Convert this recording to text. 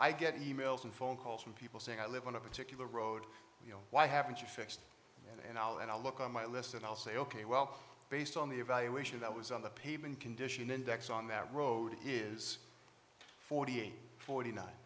i get e mails and phone calls from people saying i live on a particular road you know why haven't you fixed it and all and i look on my list and i'll say ok well based on the evaluation that was on the pavement condition index on that road it is forty eight forty